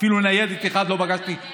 אפילו ניידת אחת לא פגשתי כל הדרך.